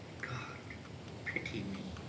god pity me!